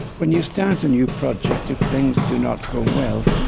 when you start a new project, if things do not go well,